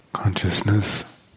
Consciousness